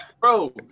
bro